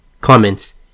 Comments